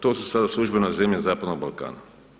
To su sada službeno zemlje zapadnog Balkana.